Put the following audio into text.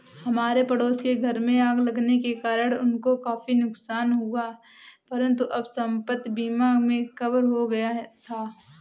हमारे पड़ोस के घर में आग लगने के कारण उनको काफी नुकसान हुआ परंतु सब संपत्ति बीमा में कवर हो गया था